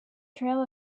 trail